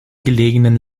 gelegenen